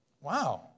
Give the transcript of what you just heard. Wow